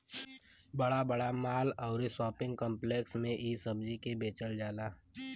बड़ा बड़ा माल आउर शोपिंग काम्प्लेक्स में इ सब्जी के बेचल जाला